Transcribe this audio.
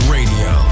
Radio